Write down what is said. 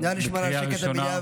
נא לשמור על השקט במליאה,